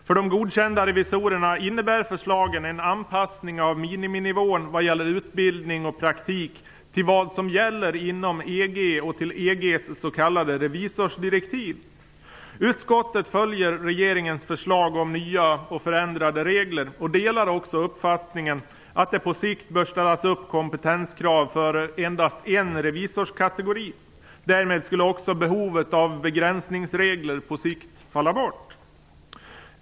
För de godkända revisorerna innebär förslagen en anpassning av miniminivån vad gäller utbildning och praktik till vad som gäller inom EG Utskottet följer regeringens förslag om nya och förändrade regler och delar också uppfattningen att det på sikt bör ställas upp kompetenskrav för endast en revisorskategori. Därmed skulle också behovet av begränsningsregler på sikt falla bort.